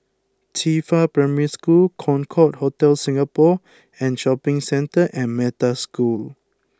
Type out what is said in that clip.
Qifa Primary School Concorde Hotel Singapore and Shopping Centre and Metta School